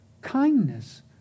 kindness